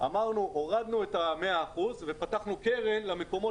הורדנו את ה-100 אחוזים ופתחנו קרן למקומות